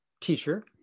teacher